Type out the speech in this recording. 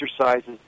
exercises